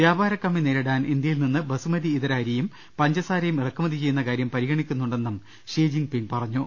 വ്യാപാര കമ്മി നേരിടാൻ ഇന്ത്യ യിൽ നിന്ന് ബസുമതി ഇതര അരിയും പഞ്ചസാരയും ഇറക്കുമതി ചെയ്യുന്ന കാര്യം പരിഗണിക്കുന്നുണ്ടെന്നും ഷീ ജിൻപിങ് പറഞ്ഞു